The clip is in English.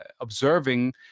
observing